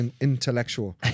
intellectual